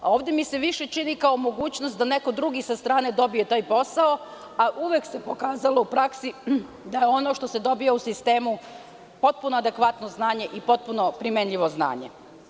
Ovde mi se više čini kao mogućnost da neko drugi sa strane dobije taj posao, a uvek se pokazalo u praksi da je ono što se dobija u sistemu potpuno adekvatno znanje i potpuno primenjivo znanje.